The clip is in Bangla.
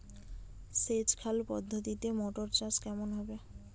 সেচ খাল পদ্ধতিতে মটর চাষ কেমন হবে?